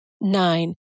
nine